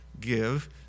give